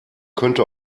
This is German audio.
könnte